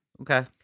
Okay